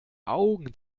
augen